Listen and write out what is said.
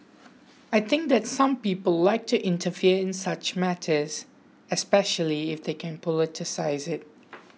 I think that some people like to interfere in such matters especially if they can politicise it